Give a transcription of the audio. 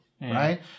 Right